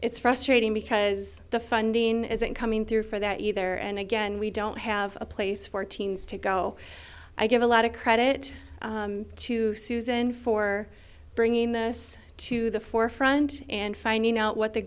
it's frustrating because the funding isn't coming through for that either and again we don't have a place for teens to go i give a lot of credit to susan for bringing this to the forefront and finding out what the